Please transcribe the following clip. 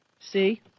see